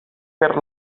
per